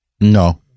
No